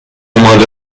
مال